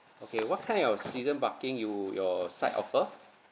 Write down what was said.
okay what kind of season parking you your side offer